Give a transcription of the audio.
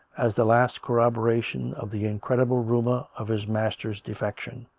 as the last corroboration of the incredible rumour of his master's defection.